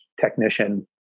technician